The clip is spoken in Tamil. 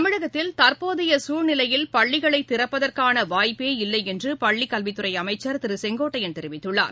தமிழகத்தில் தற்போதைய சூழ்நிலையில் பள்ளிகளை திறப்பதற்கான வாய்ப்பே இல்லை என்ற பள்ளிக்கல்வித்துறை அமைச்சர் திரு கே ஏ செங்கோட்டையன் தெரிவித்துள்ளார்